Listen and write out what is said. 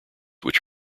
which